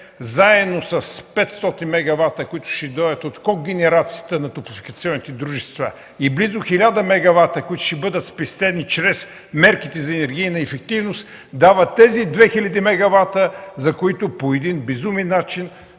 заедно с 500 мегавата, които ще дойдат от когенерацията на топлофикационните дружества и близо 1000 мегавата, които ще бъдат спестени чрез мерките за енергийна ефективност, дават тези 2000 мегавата, за които по един безумен начин